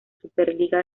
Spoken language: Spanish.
superliga